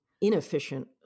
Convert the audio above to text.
inefficient